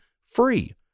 free